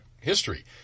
history